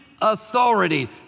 authority